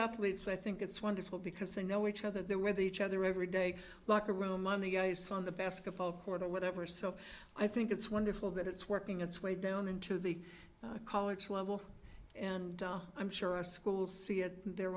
athletes i think it's wonderful because they know each other they're with each other every day locker room on the ice on the basketball court or whatever so i think it's wonderful that it's working its way down into the college level and i'm sure our schools